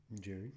Jerry